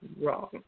wrong